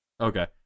Okay